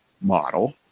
model